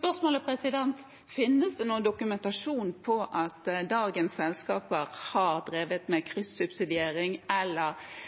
Spørsmålet er: Finnes det noen dokumentasjon på at dagens selskaper har drevet med kryssubsidiering, misligholdt eller